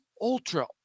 ultra